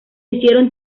hicieron